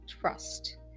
trust